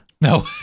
No